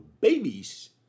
babies